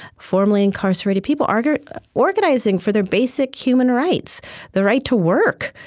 formerly incarcerated people are organizing for their basic human rights the right to work,